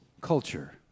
Culture